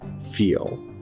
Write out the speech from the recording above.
feel